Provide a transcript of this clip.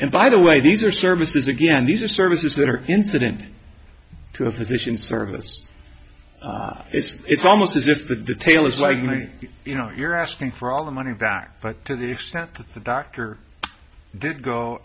and by the way these are services again these are services that are incident to a physician service it's it's almost as if the detail is like you know you're asking for all the money back but to the extent that the doctor did go